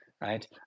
right